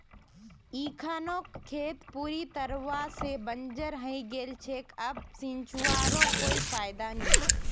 इखनोक खेत पूरी तरवा से बंजर हइ गेल छेक अब सींचवारो कोई फायदा नी